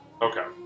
Okay